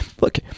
Look